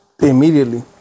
Immediately